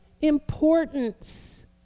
importance